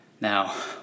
Now